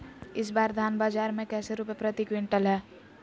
इस बार धान बाजार मे कैसे रुपए प्रति क्विंटल है?